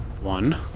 One